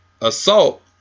assault